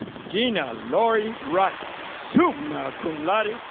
jeanna lori wright, summa cum laude,